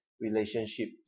relationship